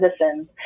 citizens